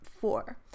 four